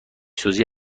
سوزی